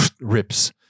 rips